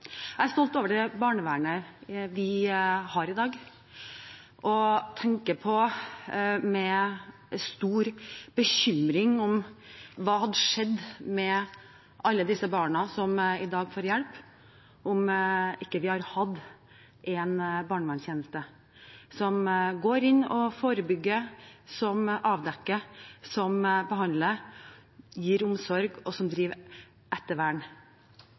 Jeg er stolt over det barnevernet vi har i dag, og tenker med stor bekymring på hva som hadde skjedd med alle de barna som i dag får hjelp, om vi ikke hadde hatt en barnevernstjeneste som går inn og forebygger, avdekker, behandler, gir omsorg og driver ettervern for at barn som